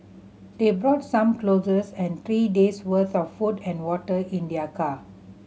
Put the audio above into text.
they brought some clothes and three days' worth of food and water in their car